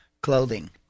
clothing